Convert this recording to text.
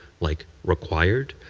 like required,